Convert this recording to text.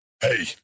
Hey